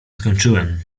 skończyłem